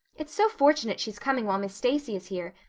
it's so fortunate she's coming while miss stacy is here.